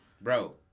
bro